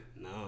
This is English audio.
No